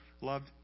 loved